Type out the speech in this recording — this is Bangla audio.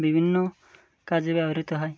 বিভিন্ন কাজে ব্যবহৃত হয়